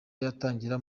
yatangira